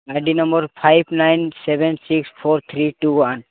ID number five nine seven six four three two one